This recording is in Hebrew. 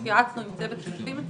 הסעיף הזה למעשה זה פחות הוראות מעבר,